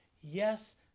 Yes